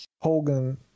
Hogan –